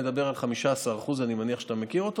מדבר על 15%; אני מניח שאתה מכיר אותו.